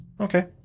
Okay